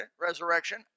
resurrection